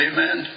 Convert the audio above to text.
Amen